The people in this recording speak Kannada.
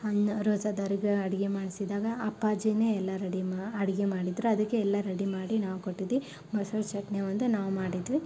ಅಂದು ರೋಝದವ್ರಿವರಿಗೆ ಅಡುಗೆ ಮಾಡಿಸಿದಾಗ ಅಪ್ಪಾಜಿಯೇ ಎಲ್ಲ ರೆಡಿ ಮಾ ಅಡುಗೆ ಮಾಡಿದರು ಅದಕ್ಕೆ ಎಲ್ಲ ರಡಿ ಮಾಡಿ ನಾವು ಕೊಟ್ಟಿದ್ವಿ ಮೊಸರು ಚಟ್ನಿ ಒಂದು ನಾವು ಮಾಡಿದ್ವಿ